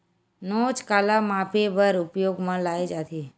नोच काला मापे बर उपयोग म लाये जाथे?